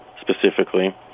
specifically